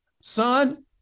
son